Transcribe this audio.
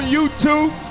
YouTube